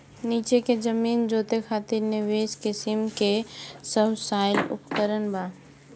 नीचे के जमीन जोते खातिर विशेष किसिम के सबसॉइल उपकरण बा